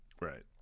Right